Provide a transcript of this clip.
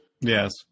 Yes